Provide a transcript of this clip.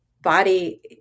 body